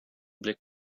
blick